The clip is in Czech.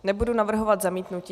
Nebudu navrhovat zamítnutí.